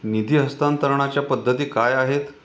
निधी हस्तांतरणाच्या पद्धती काय आहेत?